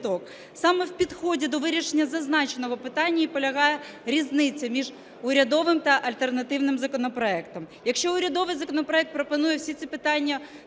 Саме в підході до вирішення зазначеного питання і полягає різниця між урядовим та альтернативним законопроектом. Якщо урядовий законопроект пропонує всі ці питання